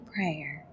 Prayer